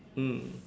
mm